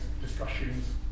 discussions